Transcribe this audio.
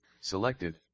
selected